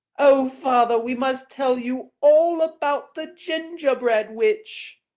oh, father, we must tell you all about the gingerbread witch!